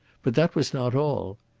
but that was not all.